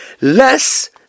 less